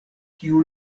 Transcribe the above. kiu